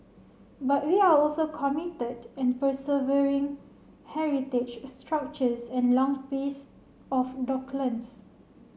but we are also committed and preserving heritage structures and lung space of docklands